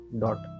dot